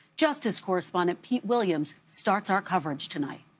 justice correspondent pete williams starts our coverage tonight.